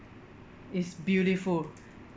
it's beautiful